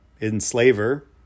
enslaver